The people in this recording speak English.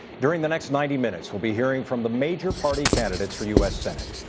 during the next ninety minutes, we'll be hearing from the major-party candidates for u s. senate.